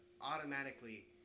automatically